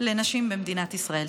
לנשים במדינת ישראל.